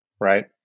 right